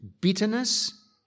Bitterness